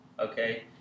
okay